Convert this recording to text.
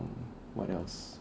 what else